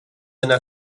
yna